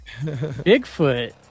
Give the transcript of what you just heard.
Bigfoot